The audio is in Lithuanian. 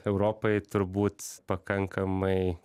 europai turbūt pakankamai